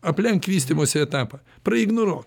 aplenk vystymosi etapą praignoruok